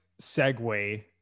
segue